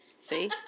See